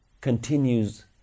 continues